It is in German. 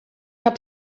hab